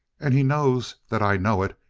and he knows that i know it,